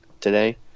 today